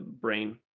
brain